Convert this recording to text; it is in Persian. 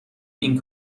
این